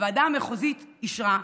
הוועדה המחוזית אישרה,